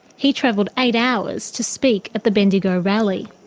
he travelled eight hours to speak at the bendigo rally.